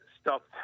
stopped